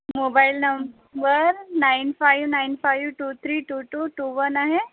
mobile number nine five nine five two three two two two one आहे